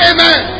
Amen